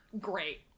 great